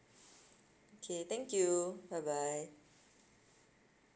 okay thank you bye bye